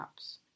apps